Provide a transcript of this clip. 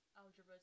Algebra